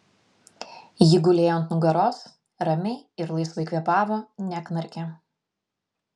ji gulėjo ant nugaros ramiai ir laisvai kvėpavo neknarkė